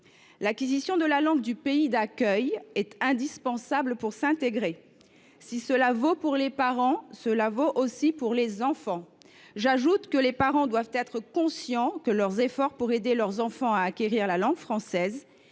L’acquisition de la langue du pays d’accueil est indispensable pour s’intégrer. Si cela vaut pour les parents, cela vaut aussi pour les enfants. J’ajoute que les parents doivent être conscients que leurs efforts pour aider leurs enfants à acquérir la langue française